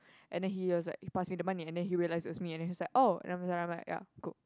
and then he was like he passed me the money and then he realised it was me and then he was like oh and I'm I'm like ya cool